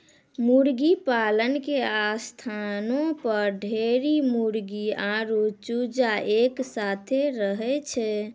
मुर्गीपालन के स्थानो पर ढेरी मुर्गी आरु चूजा एक साथै रहै छै